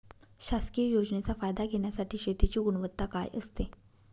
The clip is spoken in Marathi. शासकीय योजनेचा फायदा घेण्यासाठी शेतीची गुणवत्ता काय असते?